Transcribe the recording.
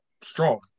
strong